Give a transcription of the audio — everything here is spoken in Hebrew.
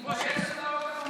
היא מתביישת להראות את הפנים שלה.